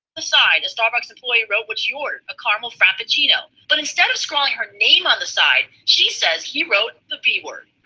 the side, the starbucks employee wrote what she ordered, a caramel frappuccino. but instead of scrawling her name on the side, she says he wrote the b word.